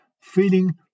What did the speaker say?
feeling